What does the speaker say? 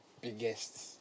biggest